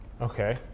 Okay